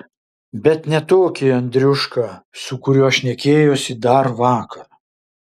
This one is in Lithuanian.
bet ne tokį andriušką su kuriuo šnekėjosi dar vakar